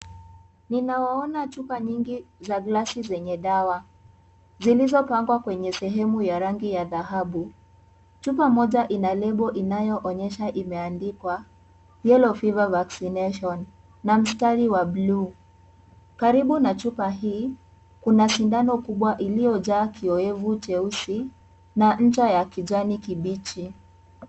Ninaona chupa nyingi za gilasi zenye dawa, zilizopangwa kwenye sehemu ya rangi ya dhahabu. Chupa moja ina lebo inayoonyesha imeandikwa Yellow Fever Vaccination na mstari wa bluu. Karibu na chupa hii, kuna sindano kubwa iliyojaa kioevu cheusi na ncha ya kijani kibichi.